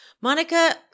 Monica